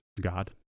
God